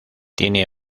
tiene